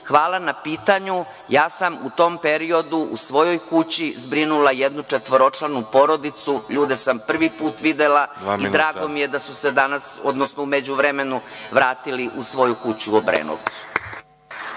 hvala na pitanju, ja sam u tom periodu u svojoj kući zbrinula jednu četvoročlanu porodicu. Ljude sam prvi put videla i drago mi je da su se u međuvremenu vratili u svoju kuću u Obrenovcu.